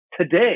today